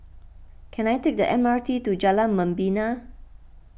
can I take the M R T to Jalan Membina